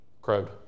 Crude